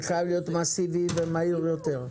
זה חייב להיות מסיבי ומהיר יותר.